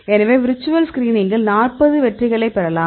எனவே விர்ச்சுவல் ஸ்கிரீனிங்கில் 40 வெற்றிகளைப் பெறலாம்